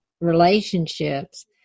relationships